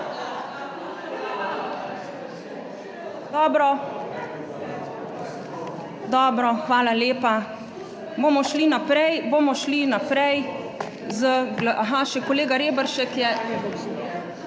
Dobro, dobro, hvala lepa, bomo šli naprej, bomo šli naprej … Aha, še kolega Reberšek je.